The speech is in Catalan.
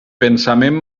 pensament